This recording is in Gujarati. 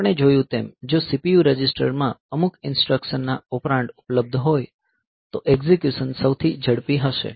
આપણે જોયું તેમ જો CPU રજીસ્ટરમાં અમુક ઈન્સ્ટ્રકશનના ઓપરેન્ડ ઉપલબ્ધ હોય તો એકઝીક્યુશન સૌથી ઝડપી હશે